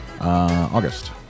August